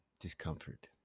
Discomfort